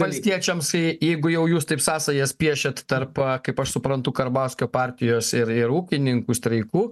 valstiečiams jeigu jau jūs taip sąsajas piešiat tarp a kaip aš suprantu karbauskio partijos ir ir ūkininkų streikų